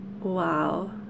Wow